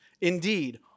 Indeed